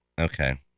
Okay